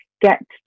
get